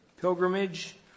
pilgrimage